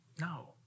No